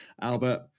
Albert